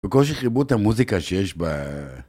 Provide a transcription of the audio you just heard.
בקושי חיברו את המוזיקה שיש בה...